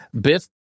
Biff